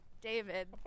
David